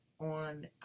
on